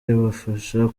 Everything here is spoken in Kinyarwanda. yabafasha